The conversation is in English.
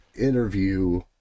interview